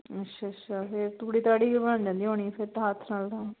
ਅੱਛਾ ਅੱਛਾ ਫਿਰ ਤੂੜੀ ਤਾੜੀ ਵੀ ਬਣ ਜਾਂਦੀ ਹੋਣੀ ਫਿਰ ਤਾਂ ਹੱਥ ਨਾਲ ਤਾਂ